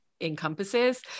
encompasses